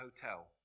hotel